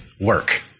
work